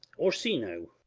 orsino.